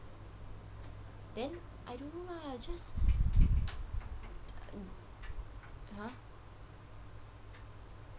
then I don't know lah just !huh!